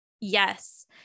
Yes